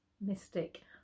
mystic